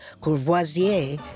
Courvoisier